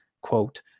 quote